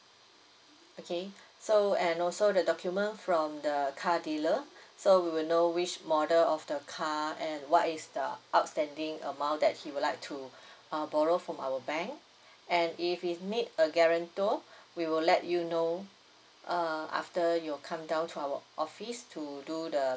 okay so and also the document from the car dealer so we will know which model of the car and what is the outstanding amount that he would like to uh borrow from our bank and if he need a guarantor we will let you know uh after you come down to our office to do the